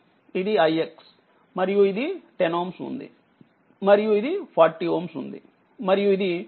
ఇది ix మరియుఇది 10Ωఉంది మరియు ఇది40Ωఉంది మరియు ఇది ఆధారిత వోల్టేజ్ సోర్స్